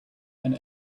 and